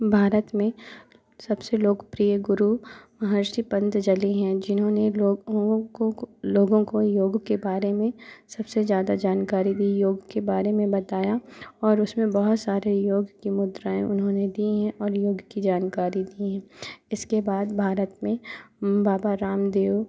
भारत में सबसे लोकप्रिय गुरु महर्षि पंतजलि हैं जिन्होंने लोगों को लोगों को योग के बारे में सबसे ज़्यादा जानकारी दी योग के बारे में बताया और उसमें बहुत सारे योग की मुद्राएँ उन्होंने दी हैं और योग की जानकारी दी हैं इसके बाद भारत में बाबा रामदेव